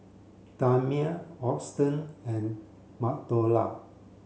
Tamia Auston and Madora